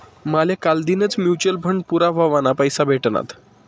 माले कालदीनच mutual fund पूरा व्हवाना पैसा भेटनात